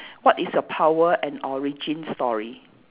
what is your power and origin story